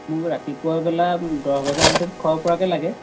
মোক ৰাতিপুৱা বেলা দহ বজাৰ ভিতৰত খোৱাব পৰাকৈ লাগে